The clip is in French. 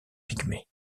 pygmée